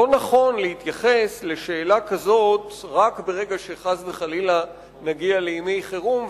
לא נכון להתייחס לשאלה כזאת רק ברגע שחס וחלילה נגיע לימי חירום,